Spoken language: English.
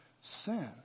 sin